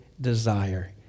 desire